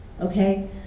Okay